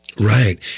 Right